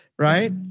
Right